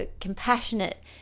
compassionate